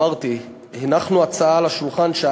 אמרתי: הנחנו על השולחן הצעה,